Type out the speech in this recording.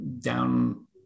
down